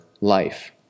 life